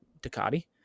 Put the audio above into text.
Ducati